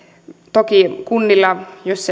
toki jos